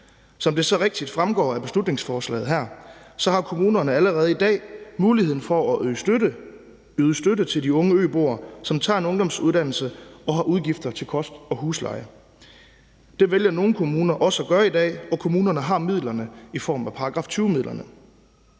Som det så rigtigt fremgår af beslutningsforslaget her, har kommunerne allerede i dag muligheden for at yde støtte til de unge øboere, som tager en ungdomsuddannelse og har udgifter til kost og husleje. Det vælger nogle kommuner også at gøre i dag, og kommunerne har midlerne i form af § 20-midlerne.